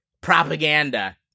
propaganda